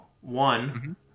One